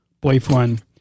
boyfriend